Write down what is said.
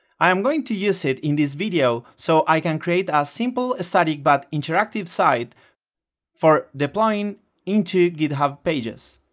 i am going to use it in this video so i can create a simple static but interactive site for deploying into github pages.